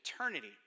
eternity